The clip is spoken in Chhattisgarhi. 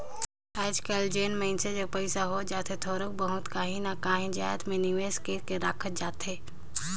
आएज काएल जेन मइनसे जग पइसा होत जाथे थोरोक बहुत काहीं ना काहीं जाएत में निवेस कइर के राखत जाथे